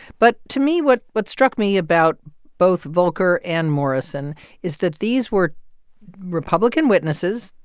but to me, what what struck me about both volker and morrison is that these were republican witnesses.